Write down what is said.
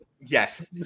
Yes